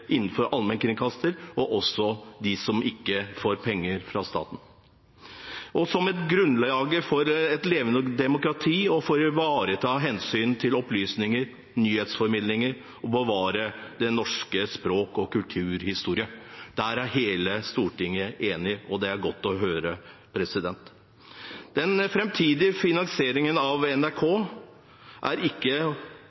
også de som ikke får penger fra staten. De skal være et grunnlag for et levende demokrati og for å ivareta hensyn til opplysning, nyhetsformidling og å bevare norsk språk og kulturhistorie. Der er hele Stortinget enig, og det er godt å høre. Den framtidige finansieringen av NRK